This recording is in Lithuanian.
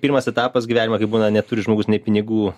pirmas etapas gyvenime kai būna neturi žmogus nei pinigų